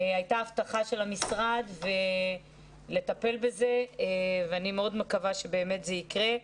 הייתה הבטחה של המשרד לטפל בזה ואני מאוד מקווה שבאמת זה יקרה.